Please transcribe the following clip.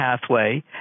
pathway